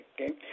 okay